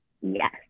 Yes